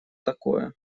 такое